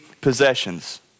possessions